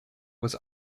was